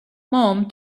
mom